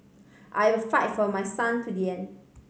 I will fight for my son to the end